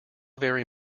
very